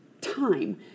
time